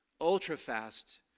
ultra-fast